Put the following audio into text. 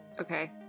Okay